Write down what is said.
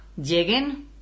Lleguen